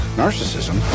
narcissism